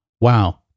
Wow